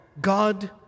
God